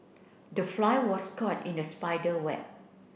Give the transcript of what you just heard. the fly was caught in the spider web